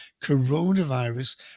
coronavirus